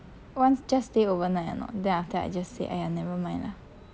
want just stay overnight or not then after that I just say !aiya! nevermind lah